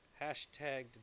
hashtag